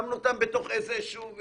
שמנו אותם בתוך איזה משהו.